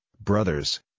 brothers